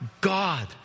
God